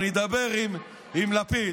אני אדבר עם לפיד,